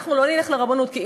אנחנו לא נלך לרבנות,